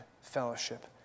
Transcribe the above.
fellowship